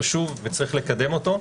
חשוב ויש לקדמו.